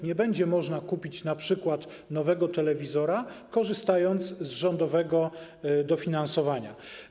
Nie będzie można kupić np. nowego telewizora, korzystając z rządowego dofinansowania.